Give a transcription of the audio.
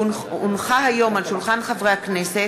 כי הונחו היום על שולחן הכנסת,